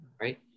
right